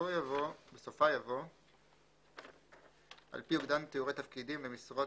ובסופה יבוא "על פי אוגדן תיאורי תפקידים למשרות